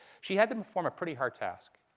she had them perform a pretty hard task.